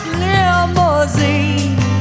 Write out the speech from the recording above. limousine